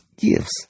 gifts